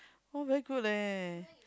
oh very good leh